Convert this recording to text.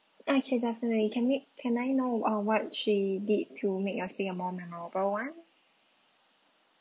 okay definitely can we can I know uh what she did to make your stay a more memorable one